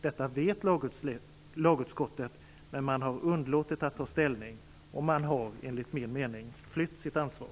Detta vet lagutskottet, men man har underlåtit att ta ställning. Enligt min mening har man flytt sitt ansvar.